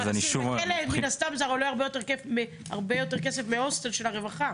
בכלא מן הסתם זה עולה הרבה יותר כסף מהוסטל של הרווחה.